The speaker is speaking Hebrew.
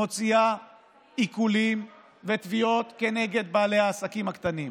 מוציאות עיקולים ותביעות כנגד בעלי העסקים הקטנים.